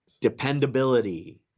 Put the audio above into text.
dependability